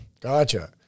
Gotcha